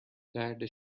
درد